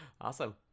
Awesome